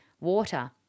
water